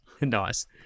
Nice